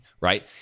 right